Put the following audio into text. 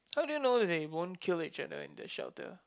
so how do you know they won't kill each other in the shelter